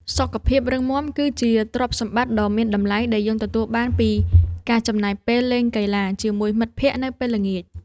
សុខភាពរឹងមាំ គឺជាទ្រព្យសម្បត្តិដ៏មានតម្លៃដែលយើងទទួលបានពីការចំណាយពេលលេងកីឡាជាមួយមិត្តភក្តិនៅពេលល្ងាច។